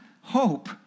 hope